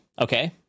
okay